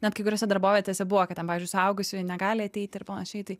net kai kuriose darbovietėse buvo kad ten pavyzdžiui suaugusiųjų negali ateiti ir panašiai tai